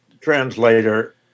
translator